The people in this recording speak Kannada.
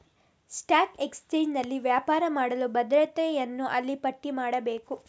ಸ್ಟಾಕ್ ಎಕ್ಸ್ಚೇಂಜಿನಲ್ಲಿ ವ್ಯಾಪಾರ ಮಾಡಲು ಭದ್ರತೆಯನ್ನು ಅಲ್ಲಿ ಪಟ್ಟಿ ಮಾಡಬೇಕು